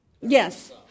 Yes